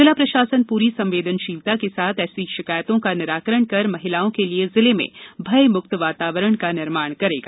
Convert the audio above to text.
जिला प्रशासन पूरी संवेदनशीलता के साथ ऐसी शिकायतों का निराकरण कर महिलाओं के लिये जिले में भयमुक्त वातावरण का निर्माण करेगा